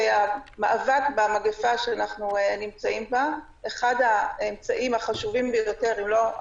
את האפקטיביות ואם הדבר הזה באמת חיוני